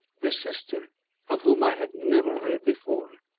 this sister of whom i had never heard before.